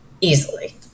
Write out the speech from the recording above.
easily